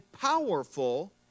powerful